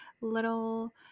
little